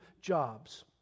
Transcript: jobs